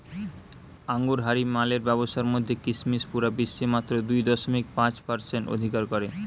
আঙুরহারি মালের ব্যাবসার মধ্যে কিসমিস পুরা বিশ্বে মাত্র দুই দশমিক পাঁচ পারসেন্ট অধিকার করে